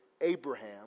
Abraham